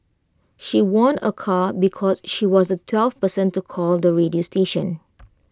she won A car because she was the twelfth person to call the radio station